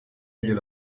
glielo